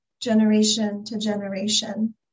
generation-to-generation